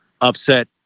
upset